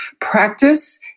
Practice